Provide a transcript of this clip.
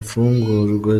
mfungurwa